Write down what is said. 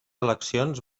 eleccions